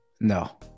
No